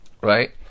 Right